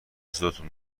صداتون